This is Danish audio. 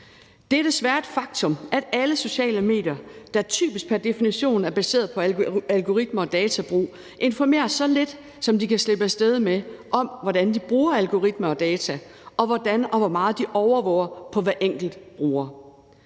Det er desværre et faktum, at alle sociale medier, der typisk pr. definition er baseret på algoritmer og databrug, informerer så lidt, som de kan slippe af sted med det, om, hvordan de bruger algoritmer og data, og hvordan og hvor meget de overvåger på hver enkelt bruger.